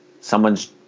someone's